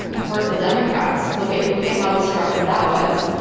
and hurt the democrats, look at look at how destructive that was.